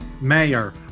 mayor